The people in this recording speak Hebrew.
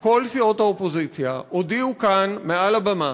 כל סיעות האופוזיציה הודיעו כאן, מעל הבמה,